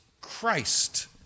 Christ